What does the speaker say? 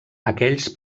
aquells